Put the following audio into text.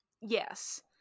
Yes